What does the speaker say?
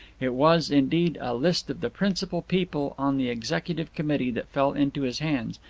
it was, indeed, a list of the principal people on the executive committee that fell into his hands,